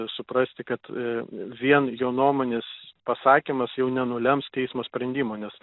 suprasti kad a vien jo nuomonės pasakymas jau nenulems teismo sprendimo nes